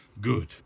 Good